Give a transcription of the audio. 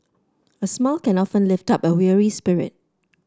a smile can often lift up a weary spirit